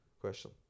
question